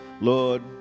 lord